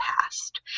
past